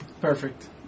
Perfect